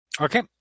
Okay